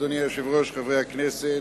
אדוני היושב-ראש, חברי הכנסת,